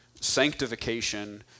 sanctification